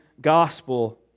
gospel